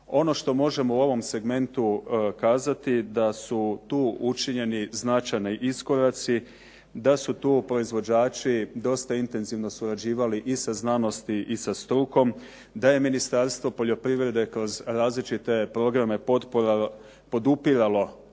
Ono što možemo u ovom segmentu kazati je da su tu učinjeni značajni iskoraci, da su tu proizvođači dosta intenzivno surađivali i sa znanosti i sa strukom, da je Ministarstvo poljoprivrede kroz različite programe potpora